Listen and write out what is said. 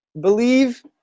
Believe